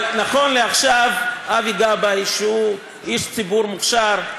אבל נכון לעכשיו אבי גבאי, שהוא איש ציבור מוכשר,